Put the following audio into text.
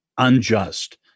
unjust